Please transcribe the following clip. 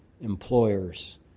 employers